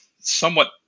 somewhat